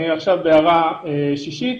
אני עכשיו בהערה שישית.